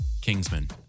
Kingsman